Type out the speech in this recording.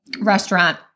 restaurant